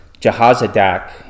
Jehazadak